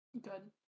Good